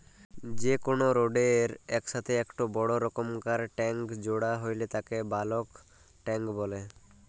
যে কোনো রোডের এর সাথেই একটো বড় রকমকার ট্যাংক জোড়া হইলে তাকে বালক ট্যাঁক বলে